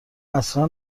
اصلا